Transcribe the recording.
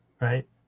right